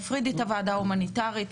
נפריד את הוועדה ההומניטארית,